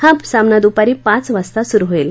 हा सामना दुपारी पाच वाजता सुरू होईल